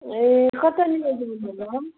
ए कतानिर जाऔँ भन्नुभयो